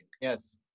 yes